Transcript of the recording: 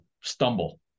stumble